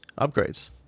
upgrades